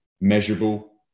measurable